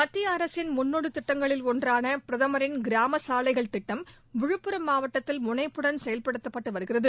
மத்திய அரசின் முன்னோடி திட்டங்களில் ஒன்றான பிரதமரின் கிராம சாலைகள் திட்டம் விழுப்புரம் மாவட்டத்தில் முனைப்புடன் செயல்படுத்தப்பட்டு வருகிறது